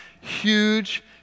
Huge